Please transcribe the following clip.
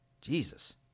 Jesus